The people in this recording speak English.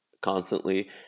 constantly